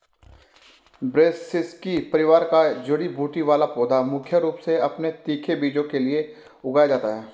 ब्रैसिसेकी परिवार का जड़ी बूटी वाला पौधा मुख्य रूप से अपने तीखे बीजों के लिए उगाया जाता है